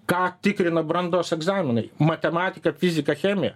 ką tikrina brandos egzaminai matematika fizika chemija